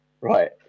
Right